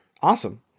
Awesome